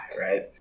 Right